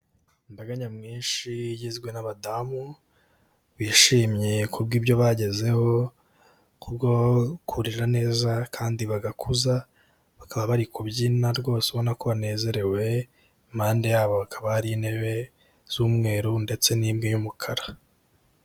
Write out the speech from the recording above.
Imbaga nyamwinshi igizwe n'abadamu bishimye ku bw'ibyo bagezeho, kubwo kurera neza kandi bagakuza, bakaba bari kubyina rwose ubona ko banezerewe, impande yabo hakaba hari intebe z'umweru ndetse n'imwe y'umukara.